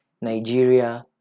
Nigeria